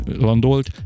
landolt